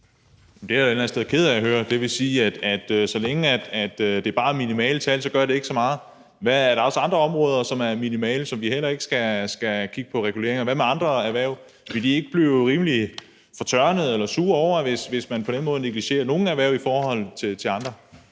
Det er jeg et eller andet sted ked af at høre. Det vil sige, at så længe det bare er minimale tal, gør det ikke så meget. Er der også andre områder, som hvor tallene er minimale, og som vi heller ikke skal kigge på reguleringer i forhold til? Hvad med andre erhverv? Vil de ikke blive rimelig fortørnede eller sure, hvis man på den måde negligerer nogle erhverv i forhold til andre?